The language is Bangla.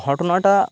ঘটনাটা